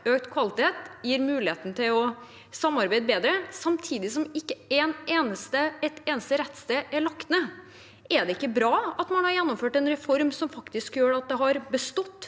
Økt kvalitet gir mulighet til å samarbeide bedre, samtidig som ikke et eneste rettssted er lagt ned. Er det ikke bra at man har gjennomført en reform som gjør at rettssteder